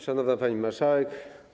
Szanowna Pani Marszałek!